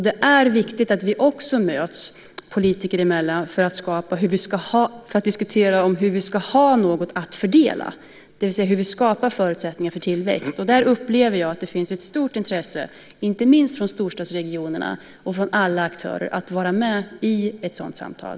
Det är viktigt att vi också möts politiker emellan för att diskutera hur vi ska ha något att fördela, det vill säga hur vi skapar förutsättningar för tillväxt. Där upplever jag att det finns ett stort intresse inte minst från storstadsregionerna och från alla aktörer att vara med i ett sådant samtal.